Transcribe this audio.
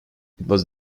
was